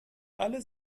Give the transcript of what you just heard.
alle